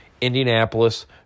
Indianapolis